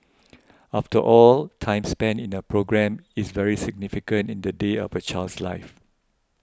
after all time spent in a programme is very significant in the day of a child's life